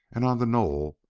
and on the knoll,